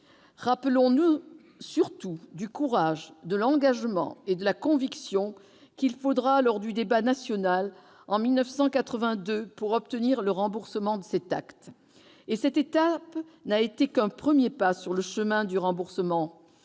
Rappelons-nous, surtout, le courage, l'engagement et la conviction qu'il faudra, lors du débat national, en 1982, pour obtenir le remboursement de cet acte. Cette étape ne fut qu'un premier pas sur le chemin du remboursement.